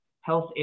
health